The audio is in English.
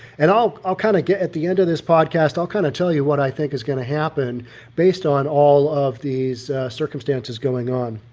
and i'll i'll kind of get at the end of this podcast, i'll kind of tell you what i think is going to happen based on all of these circumstances. going on.